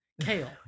Kale